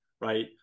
right